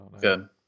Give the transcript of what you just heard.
Good